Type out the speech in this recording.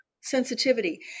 sensitivity